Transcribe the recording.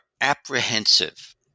apprehensive